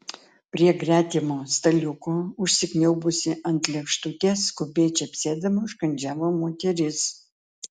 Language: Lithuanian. prie gretimo staliuko užsikniaubusi ant lėkštutės skubiai čepsėdama užkandžiavo moteris